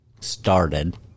started